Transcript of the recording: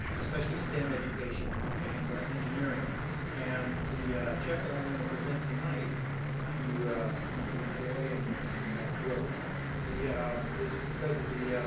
especially stem education and engineering and the check that i'm gonna present tonight to nancy and joy and and whoever the is because of the